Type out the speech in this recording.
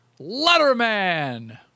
Letterman